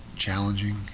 challenging